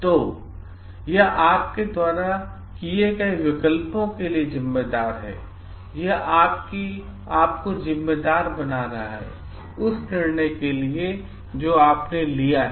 तो यह आपके द्वारा किए गए विकल्पों के लिए जिम्मेदार है यह यह आपको जिम्मेदार बना रहा है उस निर्णय के लिए जो आपने लिया है